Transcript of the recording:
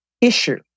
issue